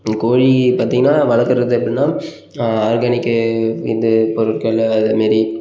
இந்த கோழி பார்த்திங்கன்னா வளர்க்குறது எப்படின்னா ஆர்கானிக்கு இது பொருட்கள் அதை மாரி